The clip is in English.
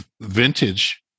vintage